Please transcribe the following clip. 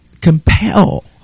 compel